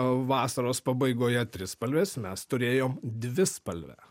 vasaros pabaigoje trispalvės mes turėjom dvispalvę